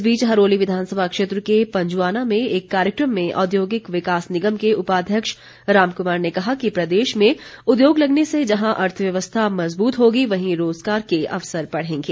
इस बीच हरोली विधानसभा क्षेत्र के पंजुआना में एक कार्यक्रम में औद्योगिक विकास निगम के उपाध्यक्ष राम कुमार ने कहा कि प्रदेश में उद्योग लगने से जहां अर्थव्यवस्था मज़बूत होगी वहीं रोज़गार के अवसर बढ़ेंगे